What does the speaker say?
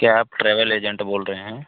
क्या आप travel agent बोल रहे हैं